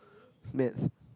maths